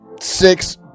six